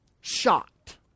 Shocked